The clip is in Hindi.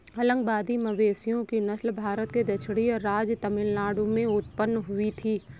अलंबादी मवेशियों की नस्ल भारत के दक्षिणी राज्य तमिलनाडु में उत्पन्न हुई थी